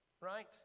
right